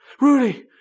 rudy